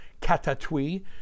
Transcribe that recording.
catatouille